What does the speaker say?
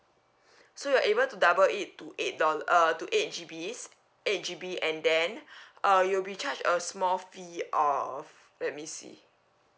so you're to double it to eight dol~ uh to eight G bis~ eight G_B and then uh you'll be charge a small fee of let me see